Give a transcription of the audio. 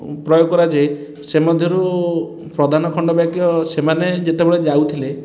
ପ୍ରୟୋଗ କରାଯାଏ ସେ ମଧ୍ୟରୁ ପ୍ରଧାନ ଖଣ୍ଡବାକ୍ୟ ସେମାନେ ଯେତେବେଳେ ଯାଉଥିଲେ